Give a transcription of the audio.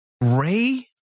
Ray